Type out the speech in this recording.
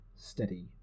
steady